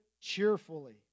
cheerfully